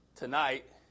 Tonight